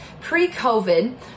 pre-COVID